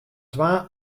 twa